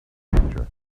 stranger